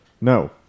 No